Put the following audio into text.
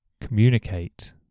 Communicate